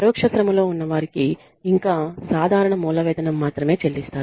పరోక్ష శ్రమ లో ఉన్న వారికి ఇంకా సాధారణ మూల వేతనం మాత్రమే చెల్లిస్తారు